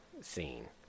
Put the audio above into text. scene